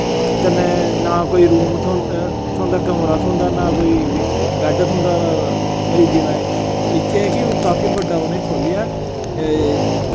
कन्नै ना कोई रूम थो थ्होंदा कमरा थ्होंदा ना कोई बैड थ्होंदा मरीजै ताईं इत्थै ऐ कि ओह् काफी बड्डा उ'नें खोलेआ